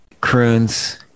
croons